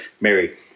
Mary